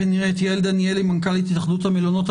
ואת יעל דניאלי, מנכ"לית התאחדות המלונות.